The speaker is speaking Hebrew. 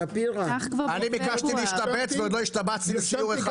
שפירא --- אני ביקשתי להשתבץ ועוד לא השתבצתי לסיור אחד.